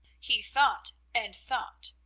he thought and thought.